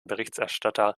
berichterstatter